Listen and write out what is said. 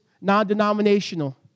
non-denominational